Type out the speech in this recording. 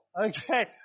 Okay